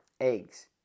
eggs